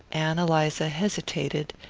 ann eliza hesitated,